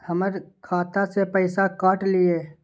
हमर खाता से पैसा काट लिए?